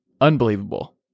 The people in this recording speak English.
unbelievable